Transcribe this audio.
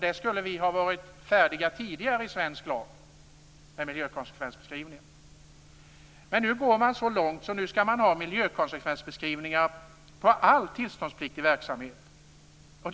Man skulle ha varit färdig med miljökonsekvensbeskrivningar tidigare i svenska lag. Men nu går man så långt att man skall ha miljöbeskrivningar i anslutning till all tillståndspliktig verksamhet.